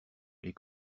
les